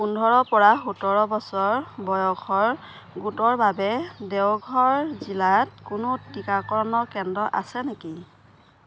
পোন্ধৰৰপৰা সোতৰ বছৰ বয়সৰ গোটৰ বাবে দেওঘৰ জিলাত কোনো টিকাকৰণৰ কেন্দ্ৰ আছে নেকি